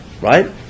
right